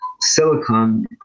silicon